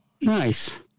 Nice